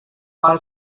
pel